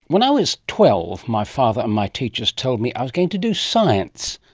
when i was twelve my father and my teachers told me i was going to do science.